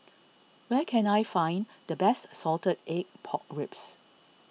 where can I find the best Salted Egg Pork Ribs